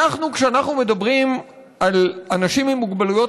כשאנחנו מדברים על אנשים עם מוגבלויות,